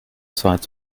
zeit